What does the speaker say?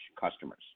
customers